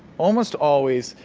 almost always,